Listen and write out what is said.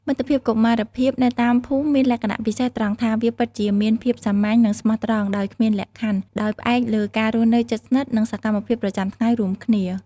មិត្តភាពកុមារភាពនៅតាមភូមិមានលក្ខណៈពិសេសត្រង់ថា វាពិតជាមានភាពសាមញ្ញនិងស្មោះត្រង់ដោយគ្មានលក្ខខណ្ឌ ដោយផ្អែកលើការរស់នៅជិតស្និទ្ធនិងសកម្មភាពប្រចាំថ្ងៃរួមគ្នា។